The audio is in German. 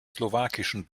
slowakischen